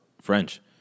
French